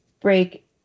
break